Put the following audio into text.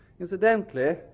Incidentally